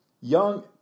young